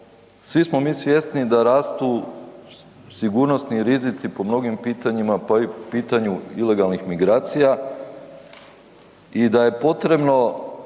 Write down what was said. svi smo mi svjesni da rastu sigurnosni rizici po mnogima pitanjima, pa i po pitanju ilegalnih migracija i da je potrebno